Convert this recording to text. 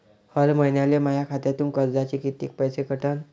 हर महिन्याले माह्या खात्यातून कर्जाचे कितीक पैसे कटन?